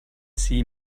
see